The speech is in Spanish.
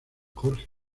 jorge